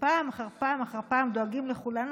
שפעם אחר פעם אחר פעם דואגים לכולנו